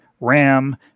Ram